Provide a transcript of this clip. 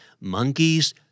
Monkeys